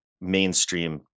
mainstream